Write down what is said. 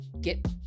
get